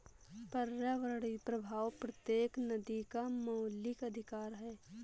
पर्यावरणीय प्रवाह प्रत्येक नदी का मौलिक अधिकार है